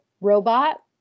robot